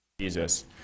Jesus